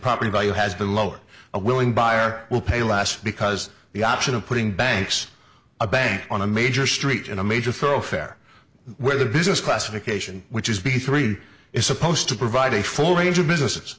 property value has been lowered a willing buyer will pay last because the option of putting banks a bank on a major street in a major thoroughfare where the business classification which is b three is supposed to provide a full range of businesses